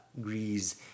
Grease